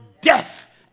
death